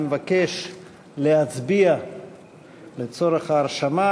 אני מבקש להצביע לצורך ההרשמה.